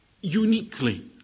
uniquely